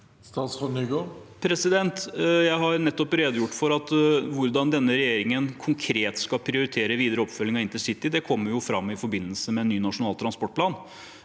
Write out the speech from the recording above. Jon-Ivar Nygård Jeg har nett- opp redegjort for hvordan denne regjeringen konkret skal prioritere videre oppfølging av intercity. Det kommer fram i forbindelse med ny Nasjonal transportplan.